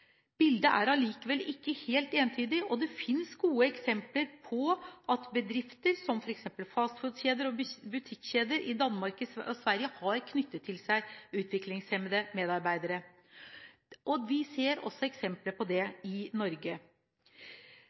Bildet er allikevel ikke helt entydig, og det finnes gode eksempler på at bedrifter som f.eks. fast-foodkjeder og butikkjeder i Danmark og Sverige har knyttet til seg utviklingshemmede medarbeidere. Vi ser også eksempler på det i Norge.